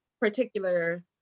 particular